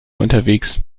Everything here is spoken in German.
unterwegs